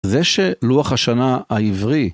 זה שלוח השנה העברי.